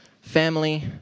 family